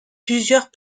plusieurs